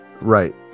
Right